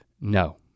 No